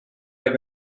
have